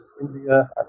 India